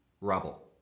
rubble